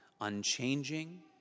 unchanging